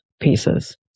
pieces